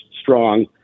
strong